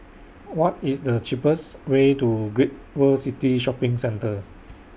What IS The cheapest Way to Great World City Shopping Centre